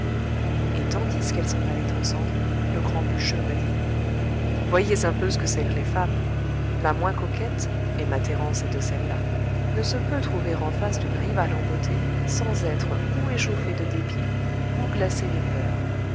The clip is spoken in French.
et tandis qu'elles s'en allaient ensemble le grand bûcheux me dit voyez un peu ce que c'est que les femmes la moins coquette et ma thérence est de celles-là ne se peut trouver en face d'une rivale en beauté sans être ou échauffée de dépit ou glacée de peur